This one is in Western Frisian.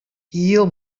hiel